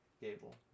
Gable